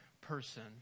person